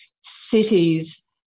cities